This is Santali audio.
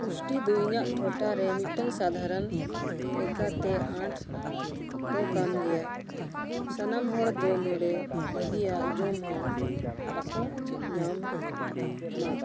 ᱯᱩᱥᱴᱤ ᱫᱚ ᱤᱧᱟᱹᱜ ᱴᱚᱴᱷᱟ ᱨᱮ ᱢᱤᱫᱴᱟᱝ ᱥᱟᱫᱷᱟᱨᱚᱱ ᱞᱮᱠᱟᱛᱮ ᱟᱸᱴ ᱫᱚ ᱠᱟᱱ ᱜᱮᱭᱟ ᱥᱟᱱᱟᱢ ᱦᱚᱲ ᱫᱚ ᱱᱚᱰᱮ ᱵᱷᱟᱹᱜᱤᱭᱟᱜ ᱡᱚᱢ ᱦᱚᱸ ᱵᱟᱠᱚ ᱧᱟᱢ ᱟ